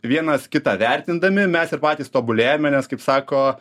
vienas kitą vertindami mes ir patys tobulėjame nes kaip sako